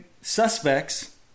suspects